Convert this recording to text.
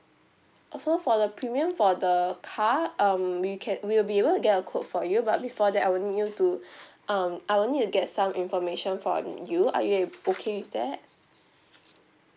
also for the premium for the car um we can we'll be able to get a quote for you but before that I will need you to um I will need to get some information from you are you ab~ okay with that